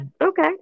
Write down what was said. Okay